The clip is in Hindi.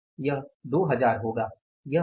यह 2000 होगा यह 2000 होगा